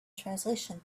translation